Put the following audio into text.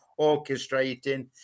orchestrating